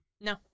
no